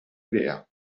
idea